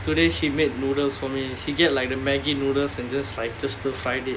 today she made noodles for me she get like the Maggi noodles and just like just stir fry it